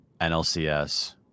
NLCS